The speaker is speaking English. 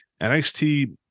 NXT